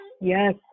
Yes